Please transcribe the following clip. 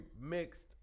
mixed